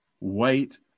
Wait